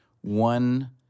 one